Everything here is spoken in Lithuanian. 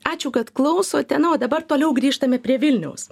ačiū kad klausotė na o dabar toliau grįžtame prie vilniaus